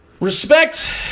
respect